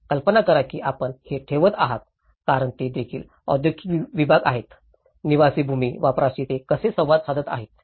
तर कल्पना करा की आपण हे ठेवत आहात कारण ते देखील औद्योगिक विभाग आहेत निवासी भूमी वापराशी ते कसे संवाद साधत आहेत